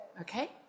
okay